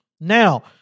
Now